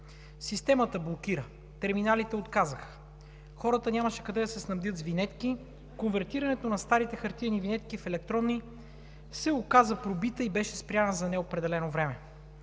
Системата блокира. Терминалите отказаха. Хората нямаше къде да се снабдят с винетки. Системата за конвертирането на старите хартиени винетки в електронни се оказа пробита и беше спряна за неопределено време.